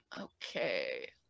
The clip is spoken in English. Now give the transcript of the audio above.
Okay